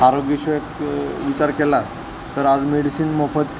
आरोग्यविषयक विचार केला तर आज मेडिसिन मोफत